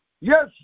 Yes